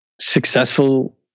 successful